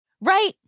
right